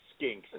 skinks